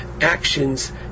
actions